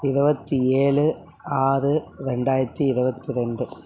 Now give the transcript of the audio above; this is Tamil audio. இருவத்தி ஏழு ஆறு ரெண்டாயிரத்து இருவத்து ரெண்டு